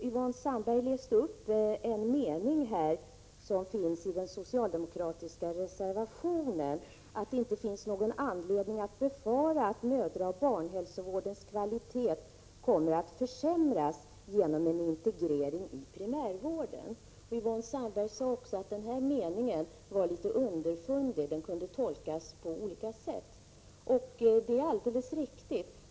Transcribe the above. Yvonne Sandberg-Fries läste upp en mening som finns i den socialdemokratiska reservationen, ”att det inte finns anledning att befara att mödraoch barnhälsovårdens kvalitet kommer att försämras genom en integrering i primärvården”. Yvonne Sandberg-Fries sade också att den meningen var litet underfundig och kunde tolkas på olika sätt. Det är alldeles riktigt.